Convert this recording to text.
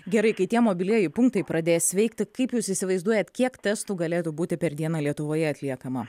gerai kai tie mobilieji punktai pradės veikti kaip jūs įsivaizduojat kiek testų galėtų būti per dieną lietuvoje atliekama